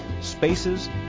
spaces